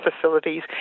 facilities